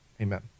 Amen